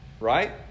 Right